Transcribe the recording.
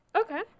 Okay